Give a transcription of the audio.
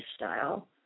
lifestyle